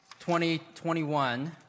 2021